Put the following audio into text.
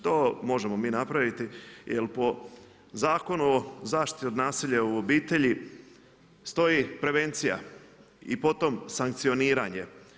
To možemo mi napraviti jel po Zakonu o zaštiti od nasilja u obitelji stoji prevencija i potom sankcioniranje.